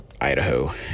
Idaho